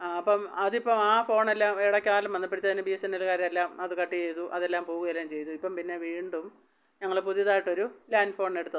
ആ അപ്പം അതിപ്പം ആ ഫോണെല്ലാം ഇടക്കാലം വന്നപ്പോഴത്തേന് ബി എസ് എൻ എല്ലുകാരെല്ലാം അത് കട്ട് ചെയ്തു അതെല്ലാം പോകുകയെല്ലാം ചെയ്തു ഇപ്പം പിന്നെ വീണ്ടും ഞങ്ങൾ പുതിയതായിട്ടൊരു ലാൻ ഫോണെടുത്തതാണ്